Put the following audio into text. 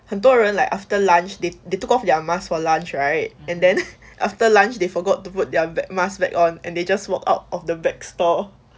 很多人 like after lunch they they took off their mask for lunch right and then after lunch they forgot to put their mask back on and they just walk out of the back store